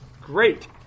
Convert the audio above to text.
great